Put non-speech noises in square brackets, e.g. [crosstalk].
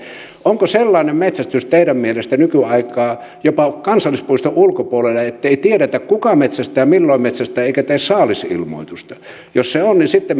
onko sellainen metsästys teidän mielestänne nykyaikaa jopa kansallispuiston ulkopuolella ettei tiedetä kuka metsästää milloin metsästää eikä tee saalisilmoitusta jos se on niin sitten [unintelligible]